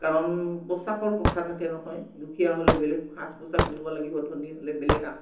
কাৰণ পোছাকৰ কথা থাকে নহয় দুখীয়া হ'লে বেলেগ সাজ পোছাক নিব লাগিব ধনী হ'লে বেলেগ